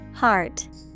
Heart